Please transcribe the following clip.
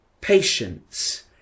Patience